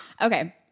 Okay